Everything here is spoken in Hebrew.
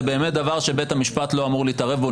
באמת דבר שבית המשפט לא אמור להתערב בו,